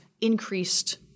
increased